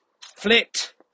flit